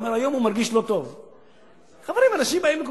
אומר: היום הוא מרגיש לא טוב.